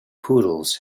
poodles